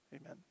amen